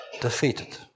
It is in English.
defeated